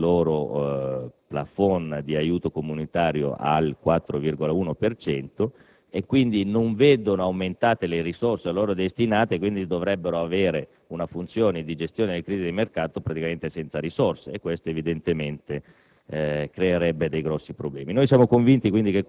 produttori vedono mantenuto il loro *plafond* di aiuti comunitari al 4,1 per cento e quindi non vedono aumentate le risorse a loro destinate. Essi dovrebbero avere una funzione di gestione delle crisi di mercato praticamente senza risorse e ciò evidentemente